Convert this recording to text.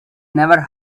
never